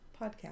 Podcast